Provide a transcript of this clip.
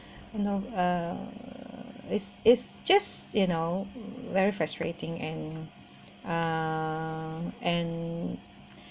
you know uh which it's just you know very frustrating and uh and